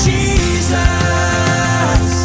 Jesus